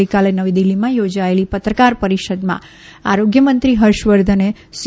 ગઇકાલે નવી દિલ્હીમાં યોજાયેલી પત્રકાર પરિષદમાં આરોગ્યમંત્રી હર્ષવર્ધને સી